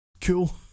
cool